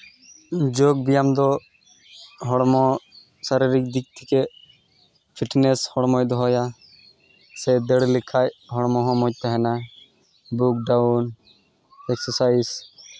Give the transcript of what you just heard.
ᱡᱳᱜᱽ ᱵᱮᱭᱟᱢ ᱫᱚ ᱦᱚᱲᱢᱚ ᱥᱟᱨᱤᱨᱤᱠ ᱫᱤᱠ ᱛᱷᱮᱠᱮ ᱯᱷᱤᱴᱱᱮᱥ ᱦᱚᱲᱢᱚᱭ ᱫᱚᱦᱚᱭᱟ ᱥᱮ ᱫᱟᱹᱲ ᱞᱮᱠᱷᱟᱡ ᱦᱚᱲᱢᱚ ᱦᱚᱸ ᱢᱚᱡᱽ ᱛᱟᱦᱮᱱᱟ ᱵᱩᱠ ᱰᱟᱣᱩᱱ ᱮᱠᱥᱮᱥᱟᱭᱤᱡᱽ